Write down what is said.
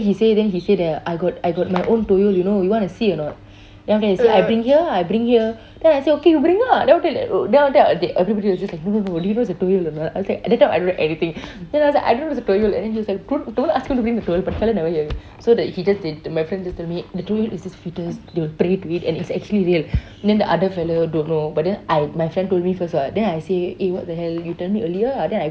then he say he say I got I got my own toyol you want to see or not then after that he say I bring here ah I bring here then I say okay you bring ah then after that then after that they everybody was just like no no no do you know what a toyol or not and I was like they thought I don't know anything then I was like I know what's a toyol and then he was like don't don't ask him to bring the toyol but the fellow never hear so then he just did my friend just tell me the toyol is a foetus they will pray to it and it's actually real then the other fellow don't know but then I my friend told me first what then I say eh what the hell you tell me earlier ah then I